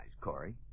Corey